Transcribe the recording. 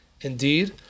Indeed